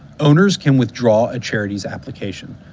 owners can withdraw a charitys application.